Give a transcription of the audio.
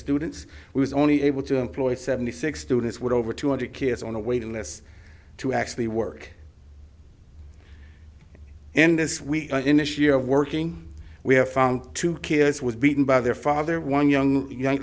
students was only able to employ seventy six students with over two hundred kids on a waiting list to actually work and this week in this year of working we have found two kids was beaten by their father one young young